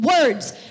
Words